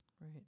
Right